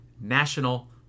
National